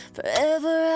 Forever